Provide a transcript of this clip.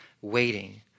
waiting